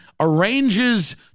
arranges